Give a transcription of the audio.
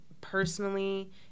personally